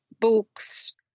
books